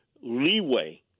leeway